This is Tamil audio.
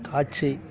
காட்சி